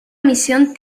misión